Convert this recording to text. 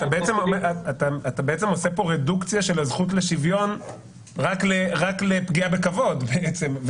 אתה בעצם עושה פה רדוקציה של הזכות לשוויון רק לפגיעה בכבוד בעצם.